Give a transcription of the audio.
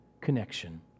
connection